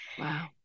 Wow